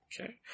Okay